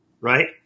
right